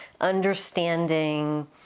understanding